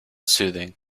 soothing